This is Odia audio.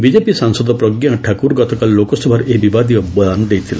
ବିଜେପି ସାଂସଦ ପ୍ରଜ୍ଞା ଠାକୁର ଗତକାଲି ଲୋକସଭାରେ ଏହି ବିବାଦୀୟ ବୟାନ ଦେଇଥିଲେ